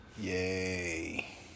Yay